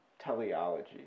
teleology